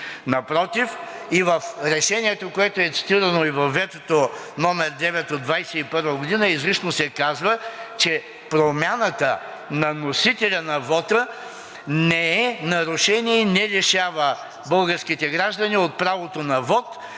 Напротив, и в Решението, което е цитирано, и във ветото, № 9 от 2021 г., изрично се казва, че промяната на носителя на вота не е нарушение и не лишава българските граждани от правото на вот,